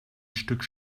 stück